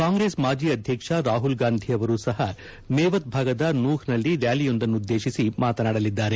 ಕಾಂಗ್ರೆಸ್ ಮಾಜಿ ಅಧ್ಯಕ್ಷ ರಾಹುಲ್ಗಾಂಧಿ ಅವರು ಸಹ ಮೇವತ್ ಭಾಗದ ನೂಹ್ನಲ್ಲಿ ರ್ಚಾಲಿಯೊಂದನ್ನುದ್ದೇತಿಸಿ ಮಾತನಾಡಲಿದ್ದಾರೆ